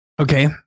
Okay